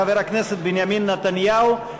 חבר הכנסת בנימין נתניהו,